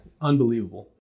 Unbelievable